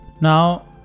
now